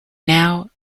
now